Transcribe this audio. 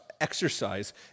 exercise